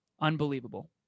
Unbelievable